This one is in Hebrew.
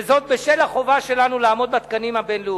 וזאת בשל החובה שלנו לעמוד בתקנים הבין-לאומיים.